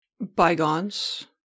Bygones